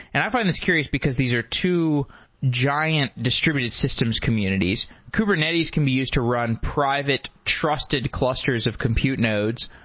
and i find this curious because these are two giant distributed systems communities. kubernetes can be used to run private trusted clusters of compute nodes.